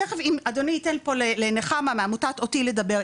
תיכף אם אדוני ייתן פה לנחמה מעמותת 'אותי' לדבר.